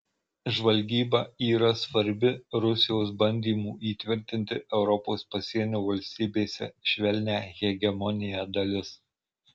žvalgyba yra svarbi rusijos bandymų įtvirtinti europos pasienio valstybėse švelnią hegemoniją dalis